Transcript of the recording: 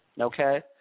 Okay